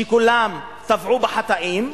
שכולם טבעו בחטאים,